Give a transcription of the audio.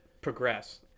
progress